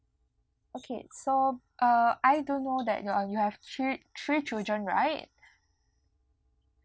okay so uh I don't know that you uh you have three three children right